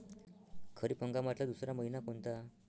खरीप हंगामातला दुसरा मइना कोनता?